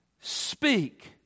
Speak